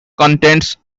contents